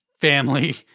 family